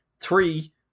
three